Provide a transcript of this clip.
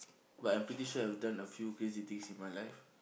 but I'm pretty sure I've done a few crazy things in my life